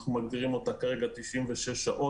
אנחנו מגדירים אותה כרגע עד 96 שעות,